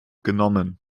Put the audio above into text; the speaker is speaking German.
genommen